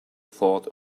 thought